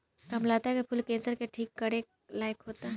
कामलता के फूल कैंसर के ठीक करे लायक होला